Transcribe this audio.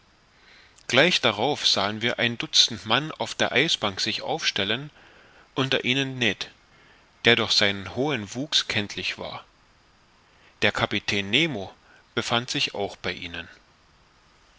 gleich darauf sahen wir ein dutzend mann auf der eisbank sich aufstellen unter ihnen ned der durch seinen hohen wuchs kenntlich war der kapitän nemo befand sich auch bei ihnen